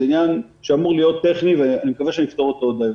זה עניין שאמור להיות טכני ואני מקווה שנפתור אותו עוד היום.